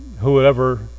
whoever